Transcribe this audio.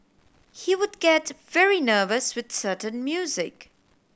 he would get very nervous with certain music